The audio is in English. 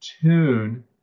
tune